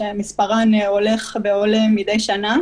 שמספרן הולך ועולה מדי שנה.